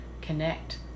connect